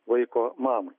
vaiko mamai